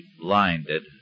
blinded